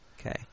Okay